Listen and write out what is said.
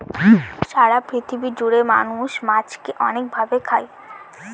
সারা পৃথিবী জুড়ে মানুষ মাছকে অনেক ভাবে খায়